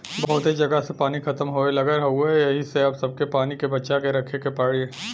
बहुते जगह से पानी खतम होये लगल हउवे एही से अब सबके पानी के बचा के रखे के पड़ी